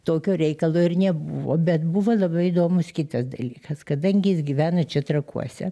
tokio reikalo ir nebuvo bet buvo labai įdomus kitas dalykas kadangi jis gyveno čia trakuose